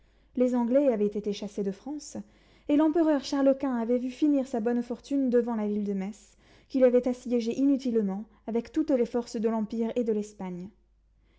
les anglais avaient été chassés de france et l'empereur charles-quint avait vu finir sa bonne fortune devant la ville de metz qu'il avait assiégée inutilement avec toutes les forces de l'empire et de l'espagne